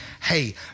hey